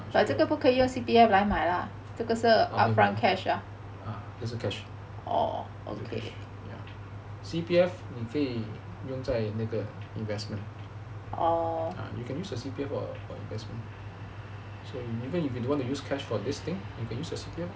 ah 这是 cash C_P_F 你可以用在那个 investment ah you can use C_P_F for investment so even if you don't wanna use cash for this thing you can use your C_P_F lor